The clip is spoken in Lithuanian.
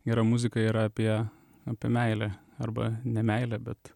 gera muzika yra apie apie meilę arba ne meilė bet